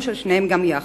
או של שניהם גם יחד,